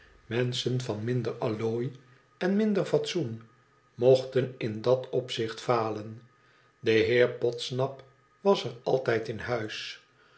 menschen van minder allooi en minder fatsoen mochten in dat opzicht falen de heer podsnap was er altijd in thuis